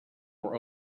were